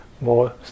More